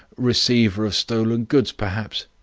receiver of stolen goods, perhaps.